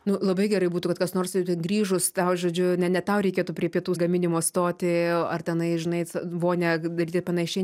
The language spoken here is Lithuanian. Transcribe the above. nu labai gerai būtų kad kas nors ir grįžus tau žodžiu ne ne tau reikėtų prie pietų gaminimo stoti ar tenai žinai vonią daryti ir panašiai